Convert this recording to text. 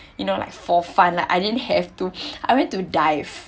you know like for fun lah I didn't have to I went to dive